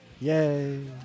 Yay